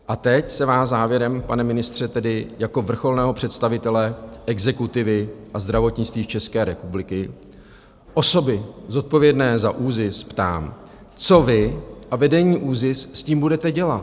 A teď se vás závěrem, pane ministře, tedy jako vrcholného představitele exekutivy a zdravotnictví České republiky, osoby zodpovědné za ÚZIS, ptám: Co vy a vedení ÚZIS s tím budete dělat?